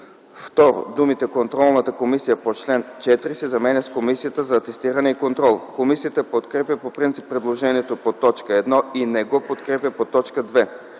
2. Думите „контролната комисия по чл. 4” се заменят с „Комисията за атестиране и контрол”. Комисията подкрепя по принцип предложението по т. 1 и не го подкрепя по т. 2.